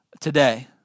today